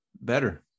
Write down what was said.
better